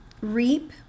reap